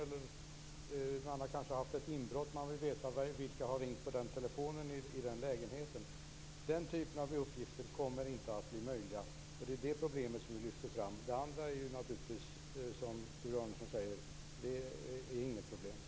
Man har kanske haft ett inbrott och vill veta vilka som har ringt till telefonen i lägenheten. Det kommer inte att bli möjligt att få den här typen av uppgifter. Det är det problemet som vi lyfter fram. Det andra är naturligtvis inget problem, som Sture Arnesson säger.